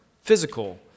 physical